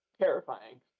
terrifying